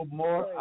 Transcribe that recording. more